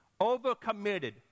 Overcommitted